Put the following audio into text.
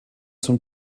zum